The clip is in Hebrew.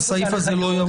הסעיף הזה לא יובא להצבעה.